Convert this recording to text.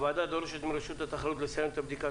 לפיכך הוועדה דורשת מרשות התחרות לסיים את הבדיקה